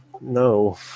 No